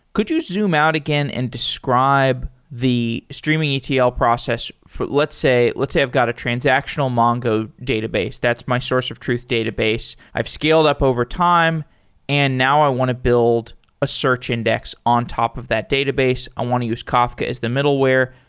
could you zoom out again and describe the streaming etl process? let's say let's say i've got a transactional mongo database. that's my source of truth database. i've scaled up overtime and now i want to build a search index on top of that database. i want to use kafka as the middleware.